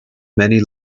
many